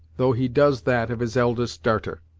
though he does that of his eldest darter.